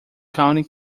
country